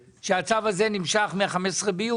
כמה כסף מדינת ישראל הרוויחה מהצו הזה שהוא בתוקף מ-15 ביוני?